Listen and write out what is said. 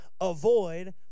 Avoid